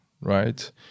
right